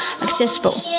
accessible